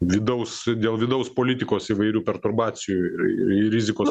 vidaus dėl vidaus politikos įvairių perturbacijų ir ir rizikos